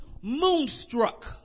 moonstruck